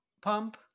Pump